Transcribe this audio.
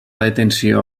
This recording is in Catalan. detenció